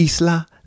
Isla